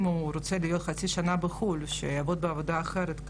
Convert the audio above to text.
אם הוא רוצה להיות חצי שנה בחו"ל שיעבוד בעבודה אחרת.